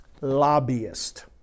Lobbyist